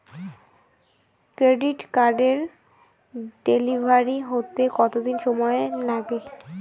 Credit কার্ডের delivery হতে কতদিন সময় লাগে?